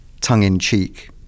tongue-in-cheek